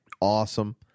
awesome